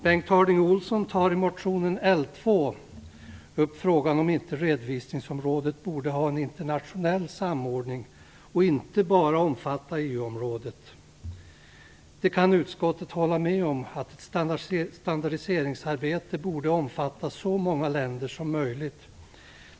Bengt Harding Olson tar i motionen L2 upp frågan om inte redovisningsområdet borde ha en internationell samordning och inte bara omfatta EU-området. Utskottet kan hålla med om att ett standardiseringsarbete borde omfatta så många länder som möjligt.